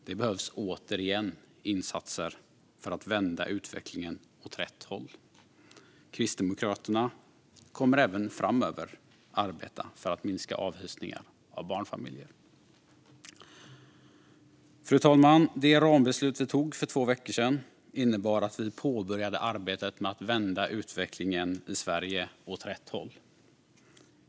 Det behövs återigen insatser för att vända utvecklingen åt rätt håll. Kristdemokraterna kommer även framöver att arbeta för att minska avhysningar av barnfamiljer. Fru talman! Det rambeslut vi tog för två veckor sedan innebar att vi påbörjade arbetet med att vända utvecklingen i Sverige åt rätt håll.